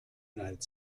united